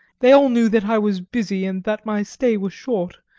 they all knew that i was busy, and that my stay was short,